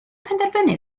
penderfynu